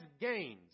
gains